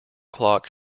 clock